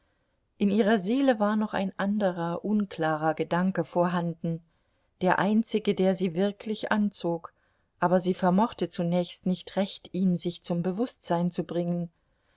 in ihrer seele war noch ein anderer unklarer gedanke vorhanden der einzige der sie wirklich anzog aber sie vermochte zunächst nicht recht ihn sich zum bewußtsein zu bringen